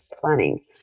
planning